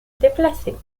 déplacées